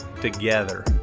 together